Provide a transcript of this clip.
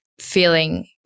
feeling